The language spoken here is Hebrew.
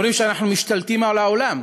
אומרים שאנחנו משתלטים על העולם,